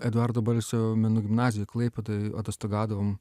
eduardo balsio menų gimnazijoj klaipėdoje atostogavom